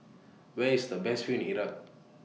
Where IS The Best View in Iraq